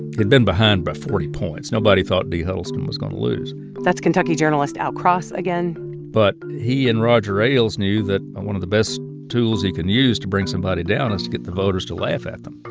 he'd been behind by forty points. nobody thought dee huddleston was going to lose that's kentucky journalist al cross again but he and roger ailes knew that one of the best tools he can use to bring somebody down is to get the voters to laugh at them.